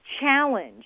challenge